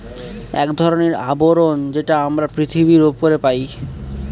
এক ধরনের আবরণ যেটা আমরা পৃথিবীর উপরে পাই